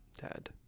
dad